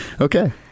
Okay